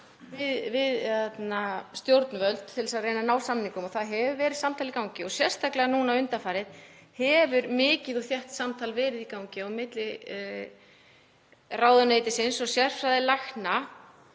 við stjórnvöld til þess að reyna að ná samningum. Það hefur verið samtal í gangi og sérstaklega núna undanfarið hefur mikið og þétt samtal verið í gangi á milli ráðuneytisins og sérfræðilækna